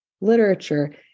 literature